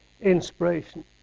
inspiration